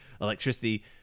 electricity